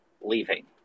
leaving